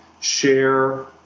share